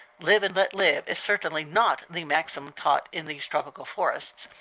live and let live is certainly not the maxim taught in these tropical forests,